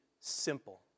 simple